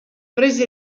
prese